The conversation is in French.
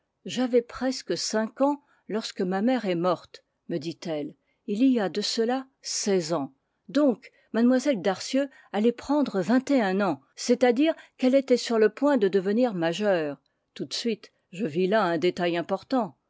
j'avais presque cinq ans lorsque ma mère est morte me dit-elle il y a de cela seize ans donc mlle darcieux allait prendre vingt et un ans c'est-à-dire qu'elle était sur le point de devenir majeure tout de suite je vis là un détail important